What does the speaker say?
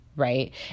right